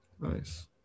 Nice